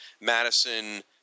Madison